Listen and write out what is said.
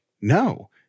no